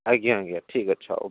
ଆଜ୍ଞା ଆଜ୍ଞା ଠିକ୍ ଅଛି ହେଉ